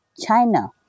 China